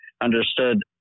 understood